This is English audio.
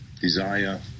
desire